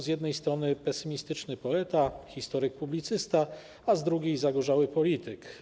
Z jednej strony pesymistyczny poeta, historyk, publicysta, a z drugiej - zagorzały polityk.